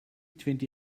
twenty